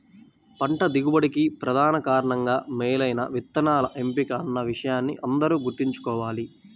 పంట దిగుబడికి ప్రధాన కారణంగా మేలైన విత్తనాల ఎంపిక అన్న విషయాన్ని అందరూ గుర్తుంచుకోవాలి